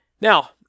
Now